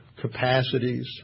capacities